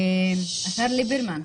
השר ליברמן,